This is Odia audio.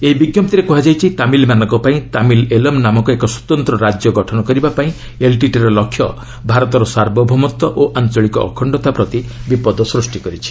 ଏହି ବିଜ୍ଞପ୍ତିରେ କୁହାଯାଇଛି ତାମିଲମାନଙ୍କ ପାଇଁ 'ତାମିଲ ଏଲମ୍' ନାମକ ଏକ ସ୍ୱତନ୍ତ ରାଜ୍ୟ ଗଠନ କରିବା ପାଇଁ ଏଲ୍ଟିଟିଇ ର ଲକ୍ଷ୍ୟ ଭାରତର ସାର୍ବଭୌମତ୍ୱ ଓ ଆଞ୍ଚଳିକ ଅଖଣ୍ଡତା ପ୍ରତି ବିପଦ ସୃଷ୍ଟି କରିଛି